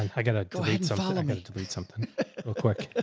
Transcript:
and i got to delete so um i mean delete something real quick. ah,